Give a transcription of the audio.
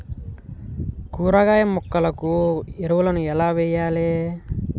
కూరగాయ మొక్కలకు ఎరువులను ఎలా వెయ్యాలే?